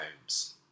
homes